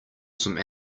some